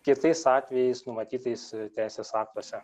kitais atvejais numatytais teisės aktuose